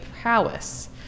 prowess